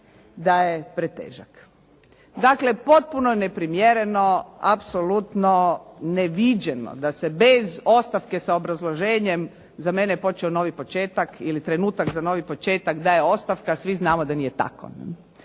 da je pretežak. Dakle, potpuno neprimjereno apsolutno neviđeno da se bez ostavke sa obrazloženjem, za mene je počeo novi početak, ili trenutak za novi početak daje ostavka, a svi znamo da nije tako.